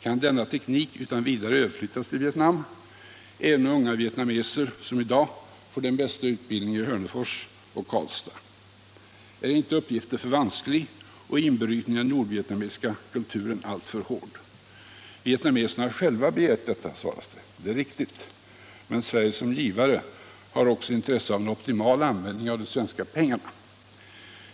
Kan denna teknik utan vidare överflyttas till Vietnam, även om unga vietnameser, som i dag, får den bästa utbildning i Hörnefors och Karlstad? Är inte uppgiften för vansklig och inbrytningen i den nordvietnamesiska kulturen alltför hård? Vietnameserna har själva begärt detta, svaras det. Det är riktigt, men Sverige som givare har också intresse av en optimal användning av de svenska pengarna.